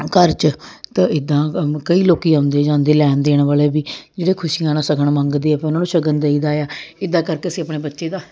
ਘਰ 'ਚ ਤਾਂ ਇੱਦਾਂ ਕਈ ਲੋਕ ਆਉਂਦੇ ਜਾਂਦੇ ਲੈਣ ਦੇਣ ਵਾਲੇ ਵੀ ਜਿਹੜੇ ਖੁਸ਼ੀਆਂ ਨਾਲ ਸ਼ਗਨ ਮੰਗਦੇ ਫੇਰ ਉਹਨਾਂ ਨੂੰ ਸ਼ਗਨ ਦਈਦਾ ਆ ਇੱਦਾਂ ਕਰਕੇ ਅਸੀਂ ਆਪਣੇ ਬੱਚੇ ਦਾ